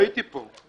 הייתי פה.